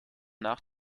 nach